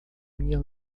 minha